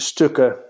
Stukken